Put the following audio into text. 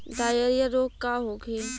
Diarrhoea रोग का होखे?